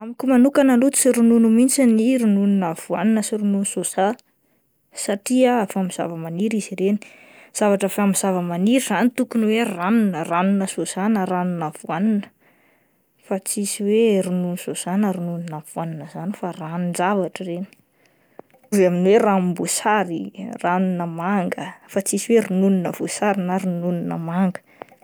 Amiko manokana aloha tsy ronono mihintsy ny ronono na avoanina sy ronono soja satria avy amin'ny zavamaniry izy ireny, zavatra avy amin'ny zavamaniry izany tokony hoe ranony, ranona soja na ranona avoanina fa tsisy hoe ronono sojo na ronono na avoanina izany fa ranon-javatra ireny, mitovy amin'ny hoe ranom-boasary, ranona manga fa tsisy hoe ronono na voasary na ronono na manga.